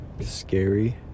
scary